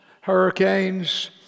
hurricanes